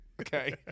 okay